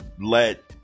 let